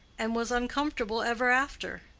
and was uncomfortable ever after.